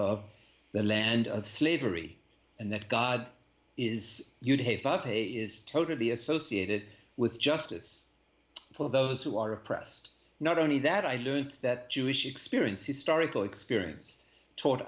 of the land of slavery and that god is you today five he is totally associated with justice for those who are oppressed not only that i learnt that jewish experience historical experience taught